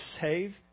save